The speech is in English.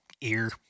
ear